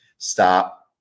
stop